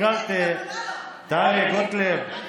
כן, אני התרגלתי, טלי גוטליב.